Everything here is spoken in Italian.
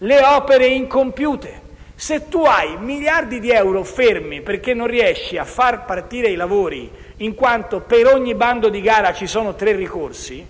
alle opere incompiute. Se si hanno miliardi di euro fermi perché non si riesce a far partire dei lavori in quanto per ogni bando di gara ci sono tre ricorsi,